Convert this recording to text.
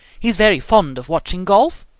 he is very fond of watching golf,